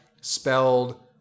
spelled